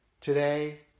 Today